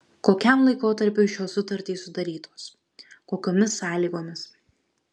kokiam laikotarpiui šios sutartys sudarytos kokiomis sąlygomis